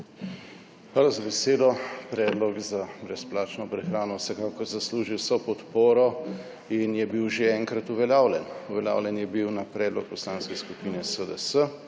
Hvala za besedo. Predlog za brezplačno prehrano vsekakor zasluži vso podporo in je bil že enkrat uveljavljen. Uveljavljen je bil na predlog Poslanske skupine SDS,